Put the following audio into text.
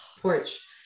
porch